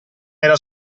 era